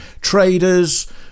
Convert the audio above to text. traders